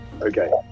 Okay